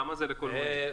כמה זה לכל מונית?